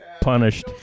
punished